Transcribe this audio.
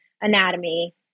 anatomy